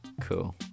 Cool